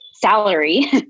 salary